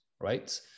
right